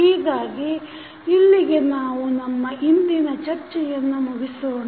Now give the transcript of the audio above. ಹೀಗಾಗಿ ಇಲ್ಲಿಗೆ ನಾವು ನಮ್ಮ ಇಂದಿನ ಚರ್ಚೆಯನ್ನು ಮುಗಿಸೋಣ